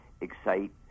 excite